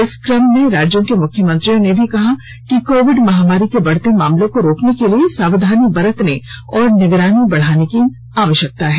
इस कम में राज्यों के मुख्यमंत्रियों ने भी कहा कि कोविड महामारी के बढ़ते मामलों को रोकने के लिए सावधानी बरतने और निगरानी बढ़ाने की आवश्यकता है